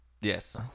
Yes